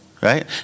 Right